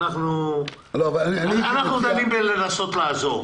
אנחנו מנסים לעזור.